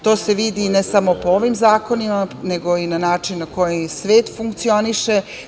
To se vidi ne samo po ovim zakonima, nego i na način na koji svet funkcioniše.